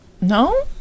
No